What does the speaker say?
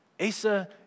Asa